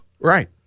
Right